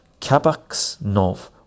Kabaksnov